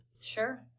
Sure